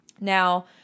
Now